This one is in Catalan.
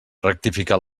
rectificar